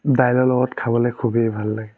দাইলৰ লগত খাবলৈ খুবেই ভাল লাগে